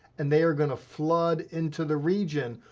and they are gonna flood into the region